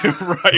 right